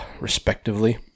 respectively